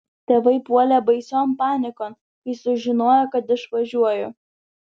tėvai puolė baision panikon kai sužinojo kad išvažiuoju